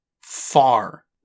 far